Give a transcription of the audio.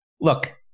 look